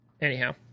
Anyhow